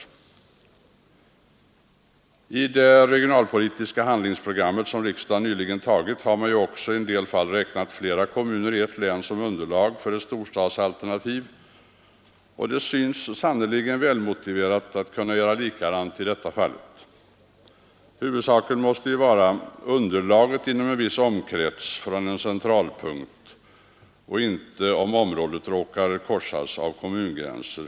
I det regionalpolitiska handlingsprogram som riksdagen nyligen antagit har man ju också i en del fall räknat flera kommuner i ett län såsom underlag för ett storstadsalternativ, och det synes synnerligen välmotiverat att kunna göra likadant här. Huvudsaken måste vara underlaget inom en viss omkrets från en centralpunkt och inte om området råkar korsas av kommungränser.